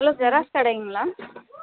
hello xerox கடைங்களா